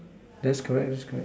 that's correct that's correct